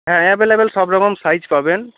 হ্যাঁ অ্যাভেলেবেল সব রকম সাইজ পাবেন